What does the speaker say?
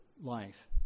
life